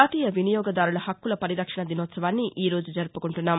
జాతీయ వినియోగదారుల హక్కుల పరిరక్షణ దినోత్సవాన్ని ఈరోజు జరుపుకుంటున్నాం